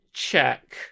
check